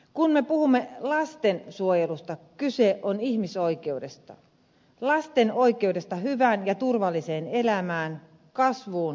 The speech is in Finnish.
kun me puhumme lastensuojelusta kyse on ihmisoikeudesta lasten oikeudesta hyvään ja turvalliseen elämään kasvuun ja kehitykseen